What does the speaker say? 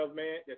man